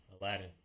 Aladdin